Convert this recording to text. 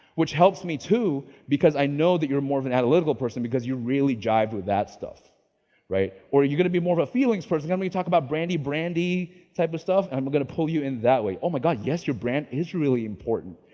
which helps me too because i know that you're more of an analytical person because you really jive with that stuff right, or are you gonna be more of a feelings person. let me talk about brandy, brandy, type of stuff. i'm gonna pull you in that way. oh my god, yes, your brand is really important.